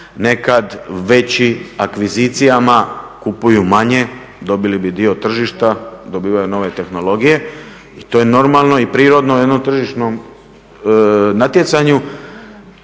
nekad većim akvizicijama kupuju manje, dobili bi dio tržišta, dobivaju nove tehnologije i to je normalno i prirodno u jednom tržišnom natjecanju